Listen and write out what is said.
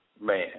Man